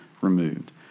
removed